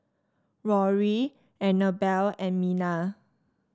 Rory Annabell and Minna